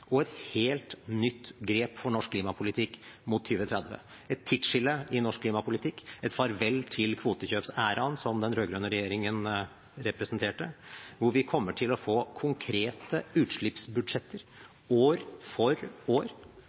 og et helt nytt grep for norsk klimapolitikk mot 2030 – et tidsskille i norsk klimapolitikk, et farvel til kvotekjøpsæraen som den rød-grønne regjeringen representerte. Vi kommer til å få konkrete utslippsbudsjetter år for år,